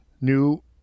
new